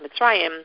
Mitzrayim